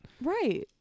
Right